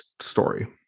story